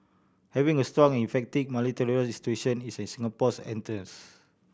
having a strong effective institution is in Singapore's interest